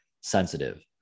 sensitive